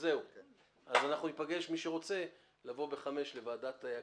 17:00 בוועדת הכנסת.